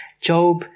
Job